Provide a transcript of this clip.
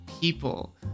people